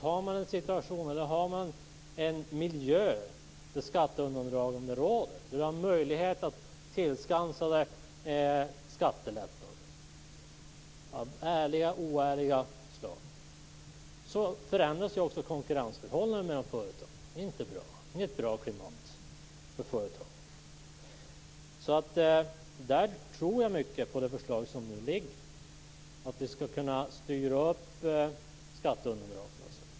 Har man en miljö där skatteundandragande är vanlig och där man har möjlighet att tillskansa sig skattelättnader - av ärliga eller oärliga slag - så förändras ju också konkurrensförhållandena mellan företag. Det är inte bra, och det är inget bra klimat för företagen. Där tror jag mycket på det förslag som nu föreligger. Jag tror att det skall kunna styra upp skatteunderlaget.